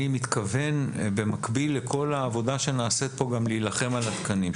אני מתכוון במקביל לכל העבודה שנעשית פה גם להילחם על התקנים,